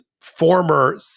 former